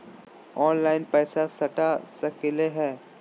Online पैसा सटा सकलिय है?